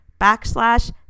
backslash